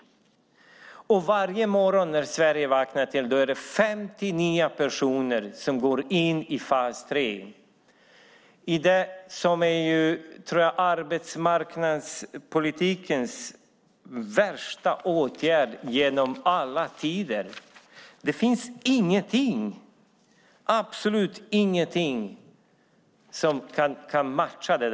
Varje morgon när Sverige vaknar är det 50 nya personer som går in i fas 3 i det som jag tror är arbetsmarknadspolitikens värsta åtgärd genom alla tider. Det finns ingenting, absolut ingenting som kan matcha det.